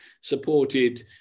supported